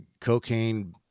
cocaine